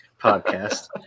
podcast